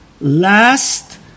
last